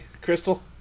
Crystal